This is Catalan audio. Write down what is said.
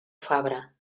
fabra